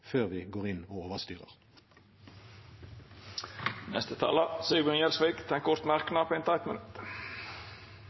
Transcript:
før vi går inn og overstyrer. Representanten Sigbjørn Gjelsvik har hatt ordet to gonger tidlegare og får ordet til ein kort